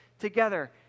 together